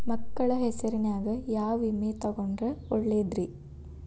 ಮಕ್ಕಳ ಹೆಸರಿನ್ಯಾಗ ಯಾವ ವಿಮೆ ತೊಗೊಂಡ್ರ ಒಳ್ಳೆದ್ರಿ?